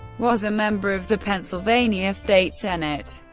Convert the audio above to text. was a member of the pennsylvania state senate.